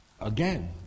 Again